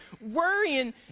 Worrying